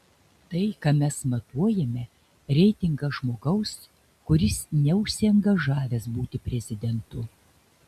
tai ką mes matuojame reitingas žmogaus kuris neužsiangažavęs būti prezidentu